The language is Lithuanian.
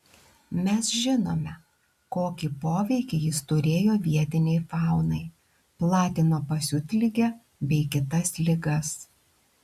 mes žinome kokį poveikį jis turėjo vietinei faunai platino pasiutligę bei kitas ligas